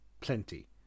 plenty